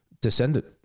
descendant